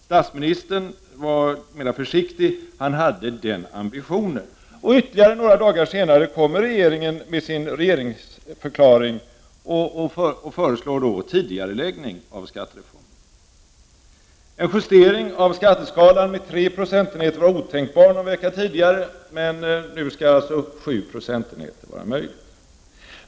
Statsministern var mer försiktig i sitt uttalande; han sade att han hade ambitionen att göra detta. Ytterligare några dagar senare kommer regeringen i sin regeringsförklaring och föreslår en tidigareläggning av skattereformen. En justering av skatteskalan med 3 procentenheter var otänkbar någon vecka tidigare, men nu skulle det vara möjligt med 7 procentenheter.